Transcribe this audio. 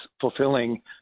fulfilling